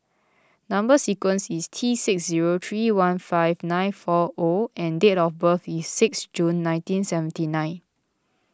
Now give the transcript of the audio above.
Number Sequence is T six zero three one five nine four O and date of birth is sixth June nineteen seventy nine